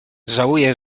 żałuję